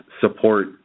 support